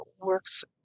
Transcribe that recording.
works